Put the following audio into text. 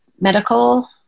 medical